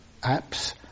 apps